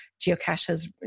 geocaches